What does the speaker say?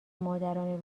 مادران